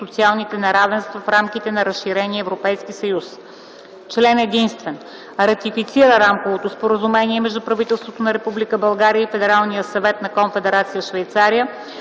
социалните неравенства в рамките на разширения Европейски съюз. Член единствен. Ратифицира Рамковото споразумение между правителството на Република България и Федералния съвет на Конфедерация Швейцария